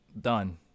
done